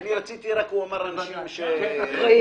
אמרת אנשים אקראיים,